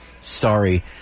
Sorry